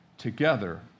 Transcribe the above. together